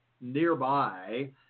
nearby